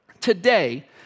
today